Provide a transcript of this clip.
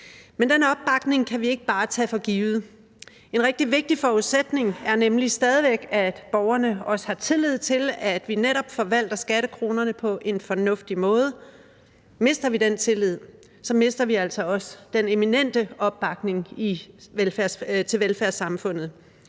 Men den opbakning kan vi ikke bare tage for givet. En rigtig vigtig forudsætning er nemlig stadig, at borgerne også har tillid til, at vi netop forvalter skattekronerne på en fornuftig måde. Mister de den tillid, mister vi altså også den eminente opbakning til velfærdssamfundet.